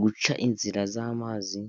Guca inzira z'amazi